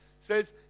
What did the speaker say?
Says